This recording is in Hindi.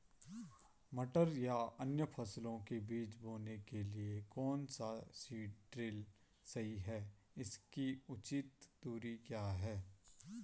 मटर या अन्य फसलों के बीज बोने के लिए कौन सा सीड ड्रील सही है इसकी उचित दूरी क्या है?